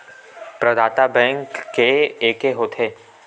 प्रदाता बैंक के एके होथे?